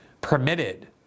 permitted